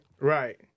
Right